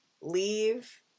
leave